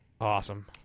awesome